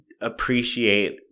appreciate